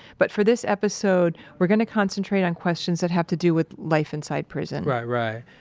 but for this episode, we're going to concentrate on questions that have to do with life inside prison right. right.